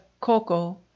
coco